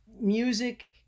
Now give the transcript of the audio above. music